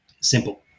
Simple